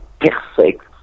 perfect